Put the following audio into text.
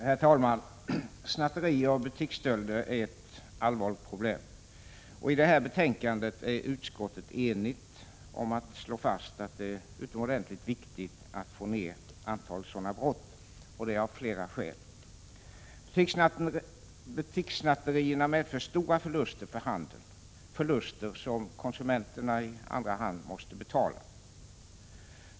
Herr talman! Snatteri och butiksstölder är ett allvarligt problem, och i det här betänkandet är utskottet enigt om att slå fast att det är utomordentligt viktigt att få ned antalet sådana brott — detta av flera skäl. Butikssnatterierna medför stora förluster för handeln, förluster som konsumenterna i andra hand måste betala.